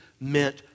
meant